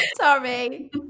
Sorry